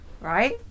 right